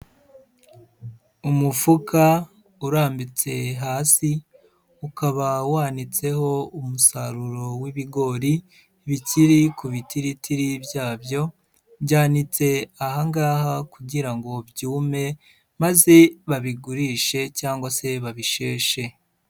Umufuka urambitse hasi ukaba wanitseho umusaruro w'ibigori bikiri ku bitiritiri byabyo, byanitse aha ngaha kugira ngo byume maze babigurishe cyangwa se babisheshe.